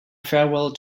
farewell